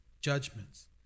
judgments